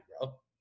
bro